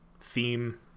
theme